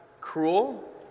cruel